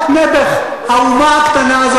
רק האמריקנים,